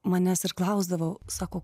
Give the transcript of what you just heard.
manęs ir klausdavo sako